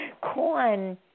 Corn